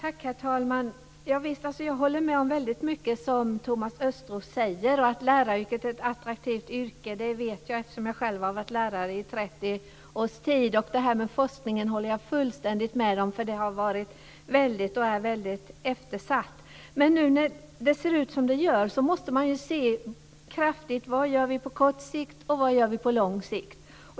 Herr talman! Jag håller med om väldigt mycket av det Thomas Östros säger. Att läraryrket är ett attraktivt yrke vet jag, eftersom jag själv har varit lärare i 30 års tid. Det Thomas Östros säger om forskning håller jag fullständigt med om - det har varit väldigt eftersatt. Men när det nu ser ut som det gör måste man se närmare på vad vi ska göra på kort sikt och vad vi ska göra på lång sikt.